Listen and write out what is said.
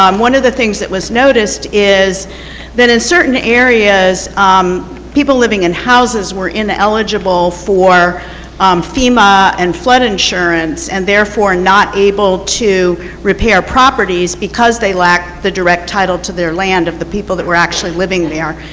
um one of the things that was noticed is that in certain areas um people living in houses were ineligible for fema and flood insurance, and therefore not able to repair properties because they lack the direct title to their land of the people who were actually living there.